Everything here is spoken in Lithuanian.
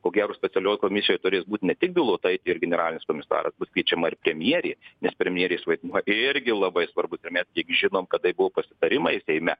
ko gero specialioj komisijoj turės būt ne tik bilotaitė ir generalinis komisaras bus kviečiama ir premjerė nes premjerės vaidmuo irgi labai svarbus ir mes kiek žinom kad tai buvo pasitarimai seime